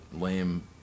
lame